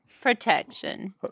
Protection